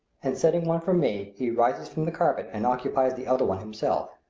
and setting one for me, he rises from the carpet and occupies the other one himself.